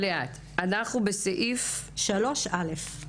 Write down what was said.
אנחנו בסעיף 3(א),